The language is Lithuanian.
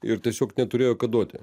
ir tiesiog neturėjo ką duoti